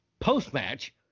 Post-match